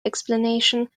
explanation